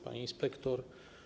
Pani Inspektor!